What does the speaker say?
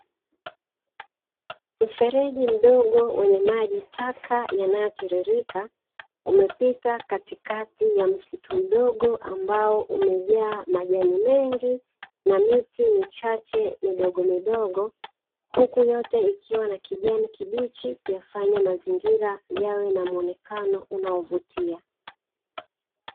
Mfereji mdogo wenye maji taka yanayotiririka umepita katikati ya msitu mdogo ambao umejaa majani mengi, na miti michache midogomidogo, huku yote ikiwa na kijani kibichi kuyafanya mazingira yawe na mwonekano unaovutia.